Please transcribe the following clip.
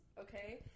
Okay